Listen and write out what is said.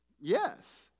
Yes